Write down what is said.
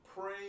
Pray